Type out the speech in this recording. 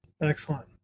Excellent